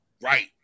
right